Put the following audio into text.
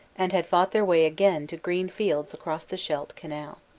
and had fought their way again to green fields across the scheidt canal.